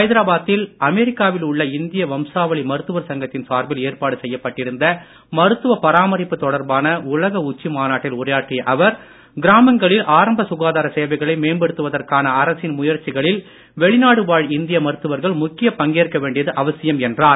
ஹைதராபாத்தில் அமெரிக்காவில் உள்ள இந்திய வம்சாவளி மருத்துவர் சங்கத்தின் சார்பில் ஏற்பாடு செய்யப்பட்டிருந்த மருத்துவ பராமரிப்பு தொடர்பான உலக உச்சி மாநாட்டில் உரையாற்றிய அவர் கிராமங்களில் ஆரம்ப சுகாதார சேவைகளை வெளிநாடுவாழ் இந்திய மருத்துவர்கள் முக்கிய பங்கேற்க வேண்டியது அவசியம் என்றார்